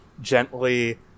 gently